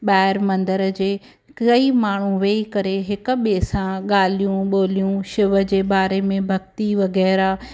ॿाहिरि मंदर जे कई माण्हू वेही करे हिक ॿिए सां ॻाल्हियूं ॿोलियूं शिव जे बारे में भक्ति वग़ैरह